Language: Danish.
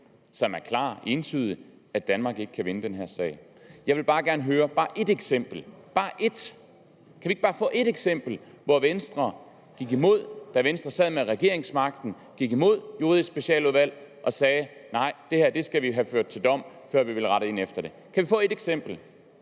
som er klar og entydig, nemlig at Danmark ikke kan vinde den her sag. Jeg vil gerne høre bare ét eksempel, bare ét, hvor Venstre, da Venstre sad med regeringsmagten, gik imod Juridisk Specialudvalg og sagde: Nej, det her skal vi have ført til dom, før vi vil rette ind efter det. Kan vi få ét eksempel,